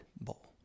bowl